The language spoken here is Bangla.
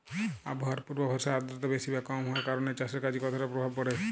আবহাওয়ার পূর্বাভাসে আর্দ্রতা বেশি বা কম হওয়ার কারণে চাষের কাজে কতটা প্রভাব পড়ে?